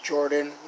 Jordan